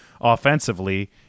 offensively